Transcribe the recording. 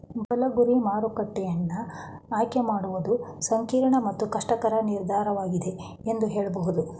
ಬಲ ಗುರಿ ಮಾರುಕಟ್ಟೆಯನ್ನ ಆಯ್ಕೆ ಮಾಡುವುದು ಸಂಕೀರ್ಣ ಮತ್ತು ಕಷ್ಟಕರ ನಿರ್ಧಾರವಾಗಿದೆ ಎಂದು ಹೇಳಬಹುದು